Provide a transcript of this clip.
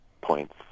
points